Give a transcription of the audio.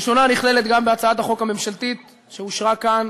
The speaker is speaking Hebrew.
הראשונה נכללת גם בהצעת החוק הממשלתית שאושרה כאן